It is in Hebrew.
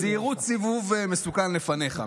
זהירות, סיבוב מסוכן לפניך.